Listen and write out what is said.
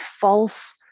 false